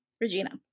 Regina